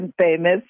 famous